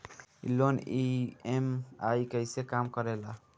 ई loan EMI कईसे काम करेला?